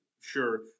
sure